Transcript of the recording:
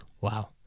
Wow